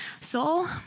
soul